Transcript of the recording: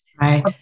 Right